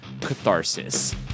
Catharsis